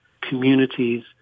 communities